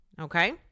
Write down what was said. okay